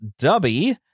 Dubby